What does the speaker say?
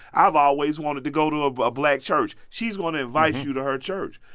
i've always wanted to go to ah a black church, she's going to invite you to her church.